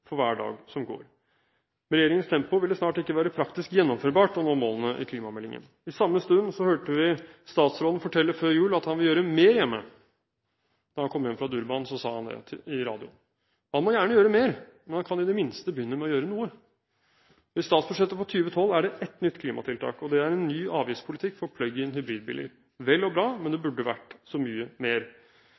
for hver dag som går. Med regjeringens tempo vil det snart ikke være praktisk gjennomførbart å nå målene i klimameldingen. I samme stund hørte vi statsråden før jul fortelle at han vil gjøre mer hjemme. Da han kom hjem fra Durban, sa han det i radioen. Han må gjerne gjøre mer, men han kan i det minste begynne med å gjøre noe. I statsbudsjettet for 2012 er det ett nytt klimatiltak, og det er en ny avgiftspolitikk for plug-in hybridbiler – vel og bra, men det burde vært så mye mer.